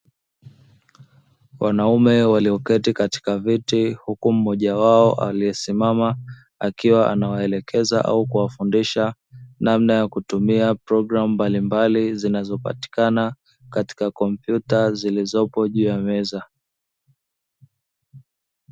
Wanaume walioketi katika viti huku mmoja wao aliyesimama akiwa anawaelekeza au kuwafundisha namna ya kutumia programu mbalimbali zinazopatikana katika kompyuta zilizopo juu ya meza.